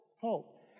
hope